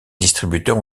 distributeurs